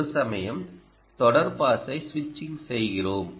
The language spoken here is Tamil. ஒரு சமயம் தொடர் பாஸை சுவிட்சிங் செய்கிறோம்